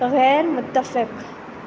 غیر متفق